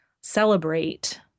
celebrate